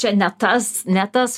čia ne tas ne tas